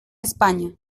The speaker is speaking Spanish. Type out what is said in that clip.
españa